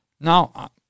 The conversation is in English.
Now